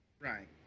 Right